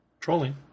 Trolling